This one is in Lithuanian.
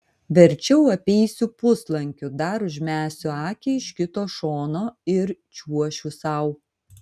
verčiau apeisiu puslankiu dar užmesiu akį iš kito šono ir čiuošiu sau